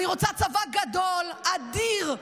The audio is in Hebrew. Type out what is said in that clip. אני רוצה צבא גדול, אדיר.